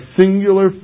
singular